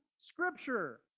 Scripture